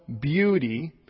beauty